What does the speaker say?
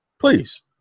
Please